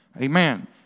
Amen